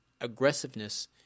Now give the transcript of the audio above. aggressiveness